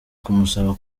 kumusaba